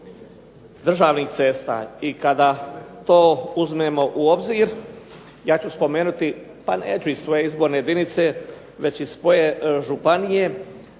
državnih cesta. I kada to uzmemo u obzir ja ću spomenuti, pa neću iz svoje izborne jedinice već iz svoje županije,